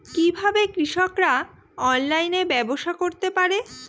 কিভাবে কৃষকরা অনলাইনে ব্যবসা করতে পারে?